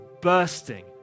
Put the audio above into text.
bursting